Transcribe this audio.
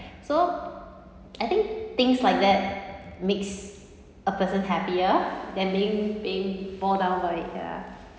so I think things like that makes a person happier than being being poured down for it